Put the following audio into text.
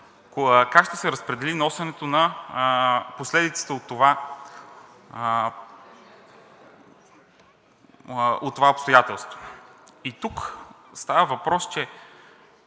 как ще се разпредели носенето на последиците от това обстоятелство. И тук става въпрос, че